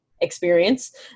experience